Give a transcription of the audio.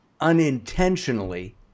unintentionally